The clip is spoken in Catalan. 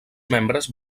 membres